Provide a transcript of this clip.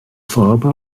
farbe